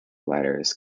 letters